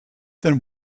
then